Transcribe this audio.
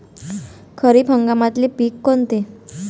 खरीप हंगामातले पिकं कोनते?